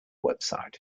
website